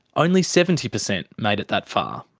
only seventy percent made it that far.